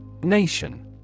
Nation